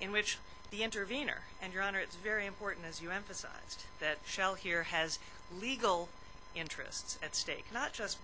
in which the intervenor and your honor it's very important as you emphasized that shell here has legal interests at stake not just